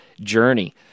journey